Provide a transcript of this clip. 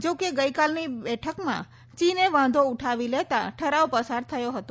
જોકે ગઈકાલની બેઠકમાં ચીને વાંધો ઉઠાવી લેતાં ઠરાવ પસાર થતો હતો